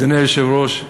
אדוני היושב-ראש,